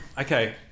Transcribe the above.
Okay